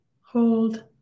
hold